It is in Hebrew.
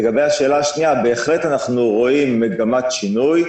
לגבי השאלה השנייה בהחלט אנחנו רואים מגמת שינוי.